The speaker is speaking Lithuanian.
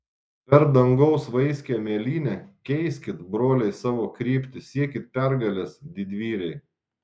per dangaus vaiskią mėlynę keiskit broliai savo kryptį siekit pergalės didvyriai